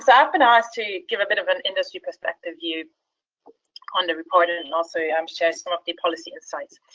so i've been asked to give a bit of an industry perspective view on the report and and also yeah um share some of the policy insights.